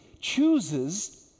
chooses